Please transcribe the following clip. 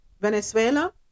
Venezuela